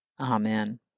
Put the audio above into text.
Amen